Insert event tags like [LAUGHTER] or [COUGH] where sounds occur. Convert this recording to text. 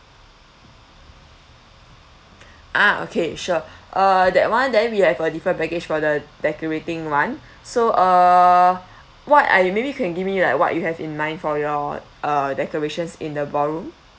[BREATH] ah okay sure [BREATH] uh that [one] then we have a different package for the decorating [one] [BREATH] so uh [BREATH] what uh maybe you can give me like what you have in mind for your uh decorations in the ballroom